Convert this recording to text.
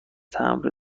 تمبر